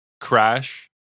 crash